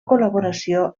col·laboració